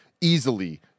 easily